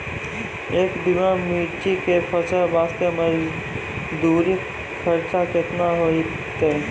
एक बीघा मिर्ची के फसल वास्ते मजदूरी खर्चा केतना होइते?